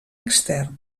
extern